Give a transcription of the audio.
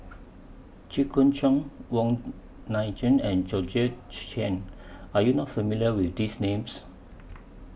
Jit Koon Ch'ng Wong Nai Chin and Georgette Chen Are YOU not familiar with These Names